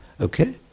Okay